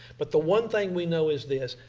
but the one thing we know is this,